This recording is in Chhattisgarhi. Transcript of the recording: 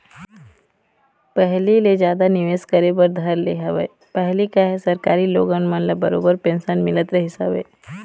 पहिली ले जादा निवेश करे बर धर ले हवय पहिली काहे सरकारी लोगन मन ल बरोबर पेंशन मिलत रहिस हवय